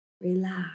relax